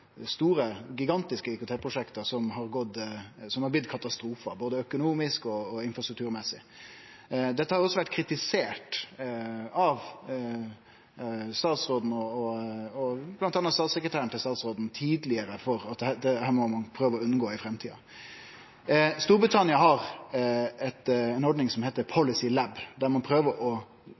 store IKT-prosjekt, gigantiske IKT-prosjekt, som har blitt ein katastrofe, både økonomisk og når det gjeld infrastruktur. Dette har også tidlegare vore kritisert av statsråden og bl.a. statssekretæren til statsråden – at dette må ein prøve å unngå i framtida. Storbritannia har ei ordning som heiter Policy Lab, der ein prøver å